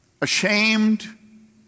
ashamed